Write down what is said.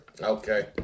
Okay